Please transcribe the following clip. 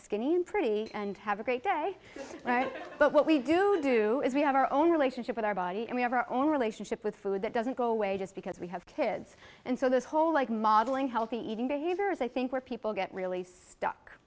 skinny and pretty and have a great day all right but what we do do is we have our own relationship with our body and we have our own relationship with food that doesn't go away just because we have kids and so this whole like modeling healthy eating behavior is i think where people get really stuck